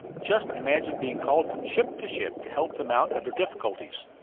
just imagine being called from ship to ship to help them out of their difficulties.